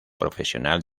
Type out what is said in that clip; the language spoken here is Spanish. profesional